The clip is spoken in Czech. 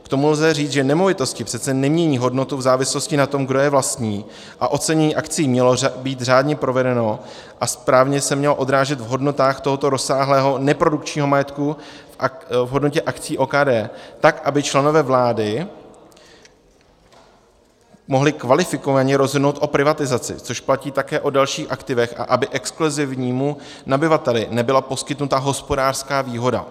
K tomu lze říct, že nemovitosti přece nemění hodnotu v závislosti na tom, kdo je vlastní, a ocenění akcií mělo být řádně provedeno a správně se mělo odrážet v hodnotách tohoto rozsáhlého neprodukčního majetku, v hodnotě akcií OKD tak, aby členové vlády mohli kvalifikovaně rozhodnout o privatizaci, což platí také o dalších aktivech, a aby exkluzivnímu nabyvateli nebyla poskytnuta hospodářská výhoda.